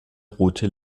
rote